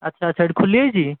ଆଚ୍ଛା ଆଚ୍ଛା ସେଇଠି ଖୋଲିଯାଇଛି